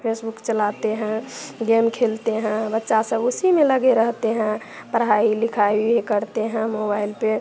Facebook चलाते हैं game खेलते हैं बच्चा सब उसी में लगे रहते हैं पढ़ाई लिखाई करते हैं मोबाइल पे